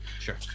Sure